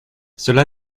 cela